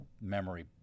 memory